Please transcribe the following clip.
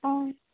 অ